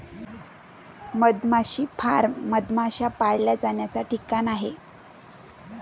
मधमाशी फार्म मधमाश्या पाळल्या जाण्याचा ठिकाण आहे